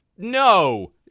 No